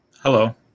Hello